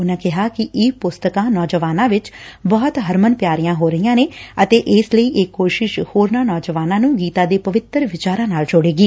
ਉਨਾ ਕਿਹਾ ਕਿ ਈ ਪੁਸਤਕਾ ਨੌਜਵਾਨਾ ਵਿਚ ਬਹੁਤ ਹਰਮਨ ਪਿਆਰੀਆਂ ਹੋ ਰਹੀਆਂ ਨੇ ਇਸ ਲਈ ਇਹ ਕੋਸ਼ਿਸ਼ ਹੋਰਨਾਂ ਨੌਜਵਾਨਾਂ ਨੂੰ ਗੀਤਾ ਦੇ ਪਵਿੱਤਰ ਵਿਚਾਰਾਂ ਨਾਲ ਜੋੜੇਗੀ